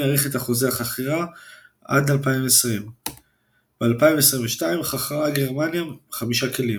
האריכה את חוזה החכירה עד 2020. ב-2022 חכרה גרמניה חמישה כלים.